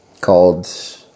called